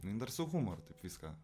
jinai dar su humoru taip viską